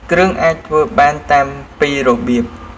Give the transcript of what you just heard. គ្រឿងអាចធ្វើបានតាមពីររបៀប។